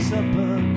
Supper